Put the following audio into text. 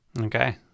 Okay